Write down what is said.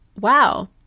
wow